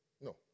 No